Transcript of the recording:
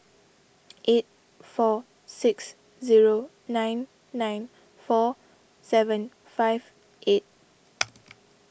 eight four six zero nine nine four seven five eight